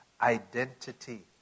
identity